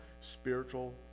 spiritual